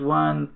one